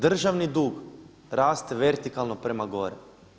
Državni dug raste vertikalno prema gore.